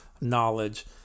knowledge